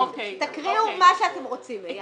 תקריאו את מה שאתם רוצים.